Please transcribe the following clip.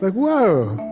like whoa,